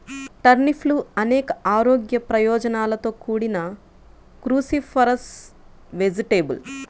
టర్నిప్లు అనేక ఆరోగ్య ప్రయోజనాలతో కూడిన క్రూసిఫరస్ వెజిటేబుల్